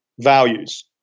values